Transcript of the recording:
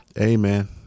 Amen